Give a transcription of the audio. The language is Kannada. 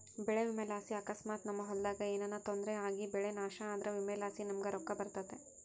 ಬೆಳೆ ವಿಮೆಲಾಸಿ ಅಕಸ್ಮಾತ್ ನಮ್ ಹೊಲದಾಗ ಏನನ ತೊಂದ್ರೆ ಆಗಿಬೆಳೆ ನಾಶ ಆದ್ರ ವಿಮೆಲಾಸಿ ನಮುಗ್ ರೊಕ್ಕ ಬರ್ತತೆ